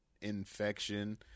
infection